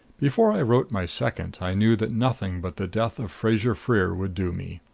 before i wrote my second, i knew that nothing but the death of fraser-freer would do me.